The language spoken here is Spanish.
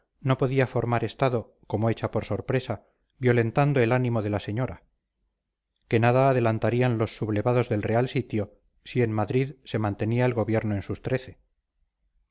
no podía formar estado como hecha por sorpresa violentando el ánimo de la señora que nada adelantarían los sublevados del real sitio si en madrid se mantenía el gobierno en sus trece